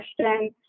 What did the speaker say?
question